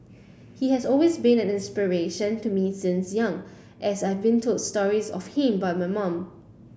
he has always been an inspiration to me since young as I've been told stories of him by my mum